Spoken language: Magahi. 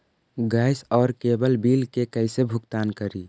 गैस और केबल बिल के कैसे भुगतान करी?